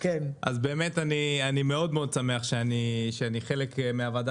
אז באמת אני מאוד מאוד שמח שאני חלק מהוועדה